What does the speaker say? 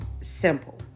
Simple